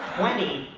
twenty,